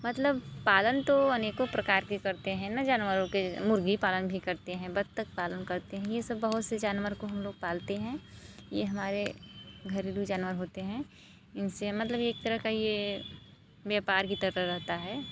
मतलब पालन तो अनेकों प्रकार भी करते हैना जानवरों के मुर्ग़ी पालन भी करते हैं बत्तख पालन करते हैं ये सब बहुत से जानवर को हम लोग पालते हैं ये हमारे घरेलू जानवर होते हैं इन से मतलब एक तरह का ये व्यापार की तरह रहता है